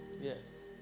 Yes